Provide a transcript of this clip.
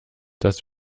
das